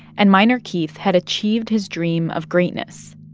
and minor keith had achieved his dream of greatness.